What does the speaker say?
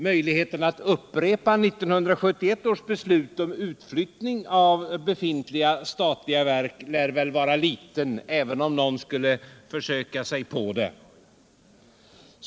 Möjligheten att upprepa 1971 års beslut om utflyttning av befintliga statliga verk lär vara liten, även om någon skulle försöka sig på det.